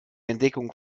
entdeckung